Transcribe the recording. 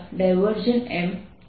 M છે